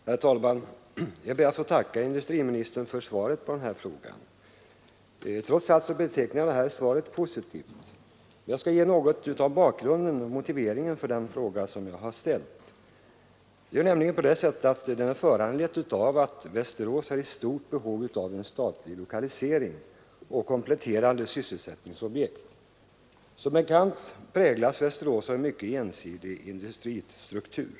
Herr talman! Jag ber att få tacka industriministern för svaret på min fråga. Trots allt betecknar jag det som positivt. Jag skall ge något av bakgrunden och motiveringen för den fråga jag har ställt. Den är föranledd av att Västerås är i stort behov av statlig lokalisering och kompletterande sysselsättningsobjekt. Som bekant präglas Västerås av en mycket ensidig industristruktur.